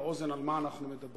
את העין והאוזן על מה אנחנו מדברים.